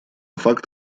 факт